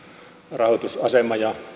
rahoitusasema ja